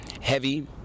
heavy